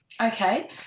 Okay